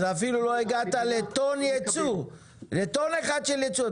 אז אפילו לא הגעת לטון ייצוא, לטון אחד של ייצוא.